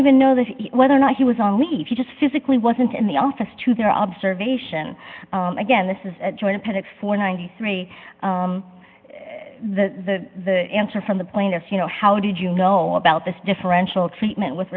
even know that whether or not he was on leave he just physically wasn't in the office to hear observation again this is a joint appendix for ninety three the answer from the plaintiff you know how did you know about this differential treatment with